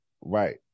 Right